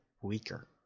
weaker